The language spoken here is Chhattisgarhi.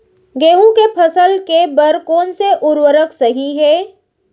गेहूँ के फसल के बर कोन से उर्वरक सही है?